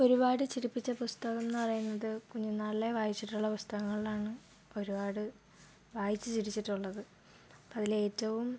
ഒരുപാട് ചിരിപ്പിച്ച പുസ്തകമെന്ന് പറയുന്നത് കുഞ്ഞ് നാളിലേ വായിച്ചിട്ടുള്ള പുസ്തകങ്ങളിലാണ് ഒരുപാട് വായിച്ച് ചിരിച്ചിട്ടുള്ളത് അതിലേറ്റവും